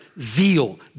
zeal